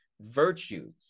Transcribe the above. virtues